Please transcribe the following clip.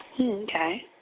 Okay